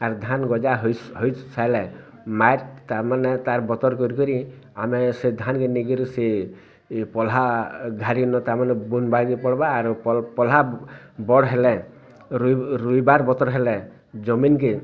ଆର୍ ଧାନ୍ ଗଜା ହୋଇ ସାଇଲେ ମାଏଟ୍ ତା'ର୍ ମାନେ ତା'ର୍ ବତର୍ କରକରି ଆମେ ସେ ଧାନ୍କେ ନେଇ କରି ସେ ପଲହା ଧାଡ଼ିନ ତା'ମାନେ ବୁନବାକେ ପଡ଼ବା ଆରୁ ପଲହା ବଡ଼୍ ହେଲେ ରୁଇବାର୍ ବତର୍ ହେଲେ ଜମିନକେ